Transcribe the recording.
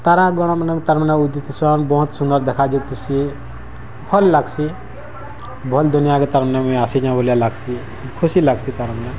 ତାରା ଗଣ ମାନେ ତାର୍ମାନେ ଉଦି ଥିସନ୍ ତାର୍ମାନେ ବହୁତ୍ ସୁନ୍ଦର୍ ଦେଖାଯାଉଥିସି ଭଲ୍ ଲାଗ୍ସି ଭଲ୍ ଦୁନିଆକେ ତାର୍ମାନେ ମୁଇଁ ଆସିଚେଁ ଯେ ଭଲିଆ ଲାଗ୍ସି ଖୁସି ଲାଗ୍ସି ତାର୍ମାନେ